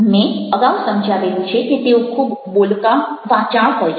મેં અગાઉ સમજાવેલું છે કે તેઓ ખૂબ બોલકા વાચાળ હોય છે